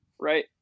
right